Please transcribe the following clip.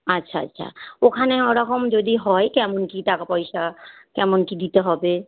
আচ্ছা আচ্ছা ওখানে ওরকম যদি হয় কেমন কী টাকা পয়সা কেমন কী দিতে হবে